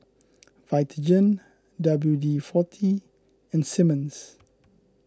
Vitagen W D forty and Simmons